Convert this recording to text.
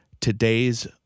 today's